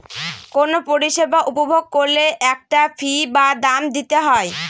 কোনো পরিষেবা উপভোগ করলে একটা ফী বা দাম দিতে হয়